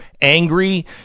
angry